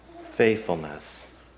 faithfulness